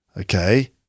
Okay